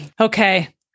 Okay